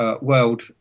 world